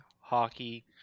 Hockey